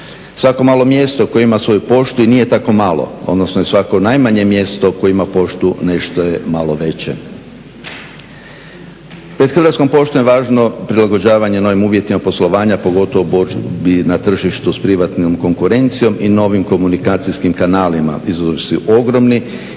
Svako malo mjesto koje ima svoju poštu i nije tako malo, odnosno i svako najmanje mjesto koje ima poštu nešto je malo veće. Pred Hrvatskom poštom je prilagođavanje novim uvjetima poslovanja pogotovo borbi na tržištu sa privatnom konkurencijom i novim komunikacijskim kanalima. Izazovi su ogromni